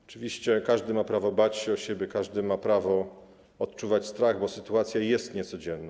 Oczywiście każdy ma prawo bać się o siebie, każdy ma prawo odczuwać strach, bo sytuacja jest niecodzienna.